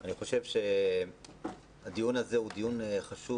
אני חושב שהדיון הזה הוא דיון חשוב.